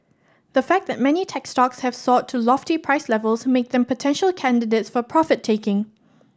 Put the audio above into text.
the fact that many tech stocks have soared to lofty price levels make them potential candidates for profit taking